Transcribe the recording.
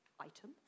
item